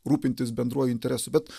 rūpintis bendruoju interesu bet